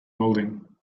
welding